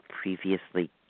previously